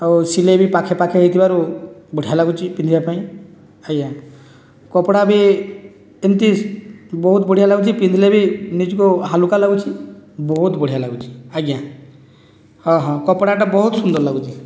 ଆଉ ସିଲେଇ ବି ପାଖେ ପାଖେ ହୋଇଥିବାରୁ ବଢ଼ିଆ ଲାଗୁଛି ପିନ୍ଧିବା ପାଇଁ ଆଜ୍ଞା କପଡ଼ା ବି ଏମିତି ବହୁତ ବଢ଼ିଆ ଲାଗୁଛି ପିନ୍ଧିଲେ ବି ନିଜକୁ ହାଲୁକା ଲାଗୁଛି ବହୁତ ବଢ଼ିଆ ଲାଗୁଛି ଆଜ୍ଞା ହଁ ହଁ କପଡ଼ାଟା ବହୁତ ସୁନ୍ଦର ଲାଗୁଛି